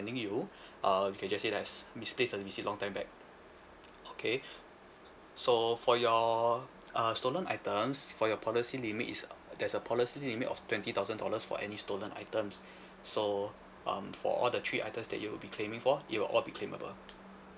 sending you uh you can just say that's misplaced the receipt long time back okay so for your uh stolen items for your policy limit is there's a policy limit of twenty thousand dollars for any stolen items so um for all the three items that you will be claiming it will all be claimable